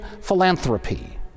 philanthropy